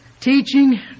teaching